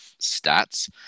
stats